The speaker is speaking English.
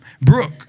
Brooke